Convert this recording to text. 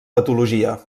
patologia